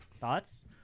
thoughts